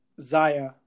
Zaya